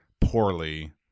poorly